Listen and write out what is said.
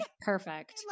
perfect